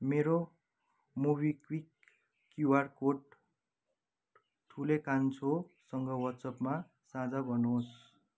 मेरो MobiKwik QR code ठुले कान्छोसँग वाट्सप साझा गर्नुहोस्